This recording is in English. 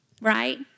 Right